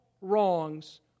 wrongs